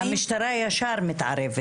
המשטרה ישר מתערבת.